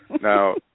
now